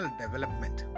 development